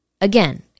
Again